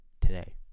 today